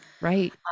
Right